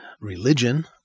religion